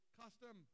custom